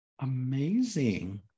Amazing